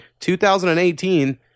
2018